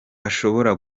ashobora